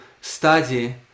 study